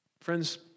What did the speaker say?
Friends